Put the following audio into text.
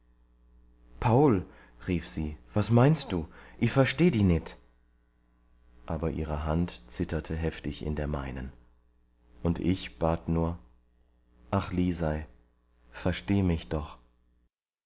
paul rief sie was meinst du i versteh di nit aber ihre hand zitterte heftig in der meinen und ich bat nur ach lisei versteh mich doch